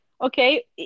okay